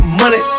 money